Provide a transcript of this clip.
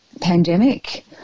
pandemic